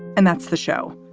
and that's the show.